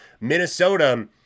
Minnesota